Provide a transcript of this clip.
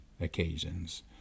occasions